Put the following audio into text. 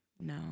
No